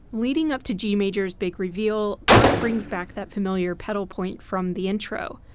leading up to g major's big reveal, bach brings back that familiar pedal point from the intro,